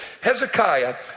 Hezekiah